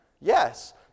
Yes